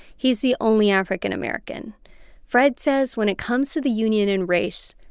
he's the only african-american. fred says when it comes to the union and race,